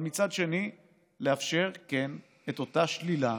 ומצד שני לאפשר, כן, את אותה שלילה